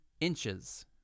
inches